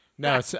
No